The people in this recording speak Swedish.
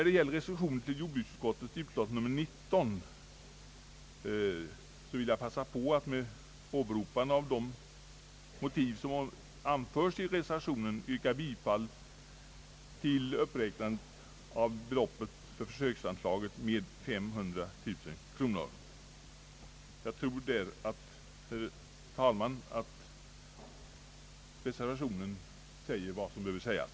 Beträffande reservationen till jordbruksutskottets utlåtande nr 19 kommer jag att, med åberopande av de motiv som anförts i densamma, yrka bifall till uppräknandet av beloppet för försöksanslaget med 500 000 kronor. Jag tror, herr talman, att reservationen säger vad som behöver sägas.